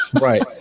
Right